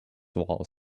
wall